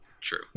True